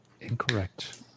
incorrect